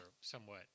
somewhat